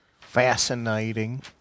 Fascinating